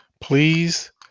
please